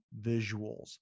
visuals